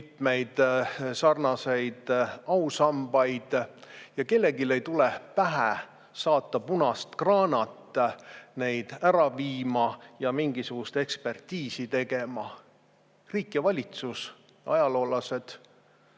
mitmeid sarnaseid ausambaid ja kellelegi ei tule pähe saata punast kraanat neid ära viima ja mingisugust ekspertiisi tegema. Riik, valitsus ja ajaloolased